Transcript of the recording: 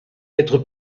être